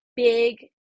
big